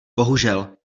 bohužel